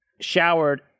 showered